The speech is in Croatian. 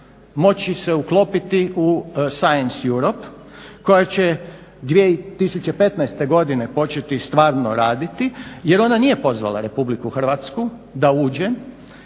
moći se uklopiti u Science Europe koja će 2015. godine početi stvarno raditi jer ona nije pozvala RH da uđe.